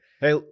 Hey